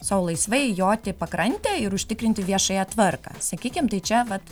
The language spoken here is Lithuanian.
sau laisvai joti pakrante ir užtikrinti viešąją tvarką sakykim tai čia vat